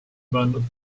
pannud